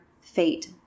fate